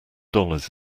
dollars